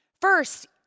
First